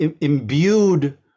imbued